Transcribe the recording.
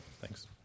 thanks